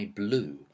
blue